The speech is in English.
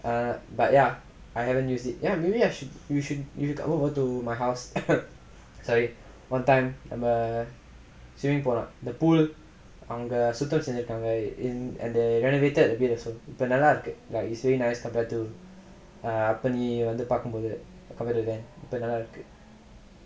um but ya I haven't use it ya maybe you should you should come over to my house say one time நம்ம:namma swimming போனோம்:ponom the pool அவங்க சுத்தம் செஞ்சுருக்காங்க:avanga sutham senjurukkaanga and they and they renovated also இப்ப நல்லா இருக்கு:ippa nallaa irukku like it's really nice compared to err அப்ப நீ வந்து பாக்கும்போது இப்ப நல்லா இருக்கு:appa nee vanthu paakkumpothu ippa nallaa irukku